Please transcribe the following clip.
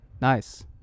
Nice